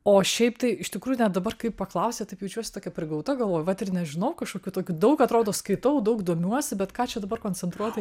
o šiaip tai iš tikrųjų net dabar kaip paklausėt taip jaučiuosi tokia prigauta galvoju vat ir nežinau kažkokių tokių daug atrodo skaitau daug domiuosi bet ką čia dabar koncentruotai